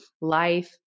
life